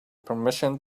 permission